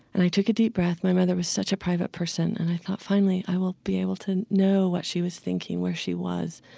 and i took a deep breath my mother was such a private person and i thought, finally, i will be able to know what she was thinking, where she was.